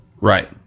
right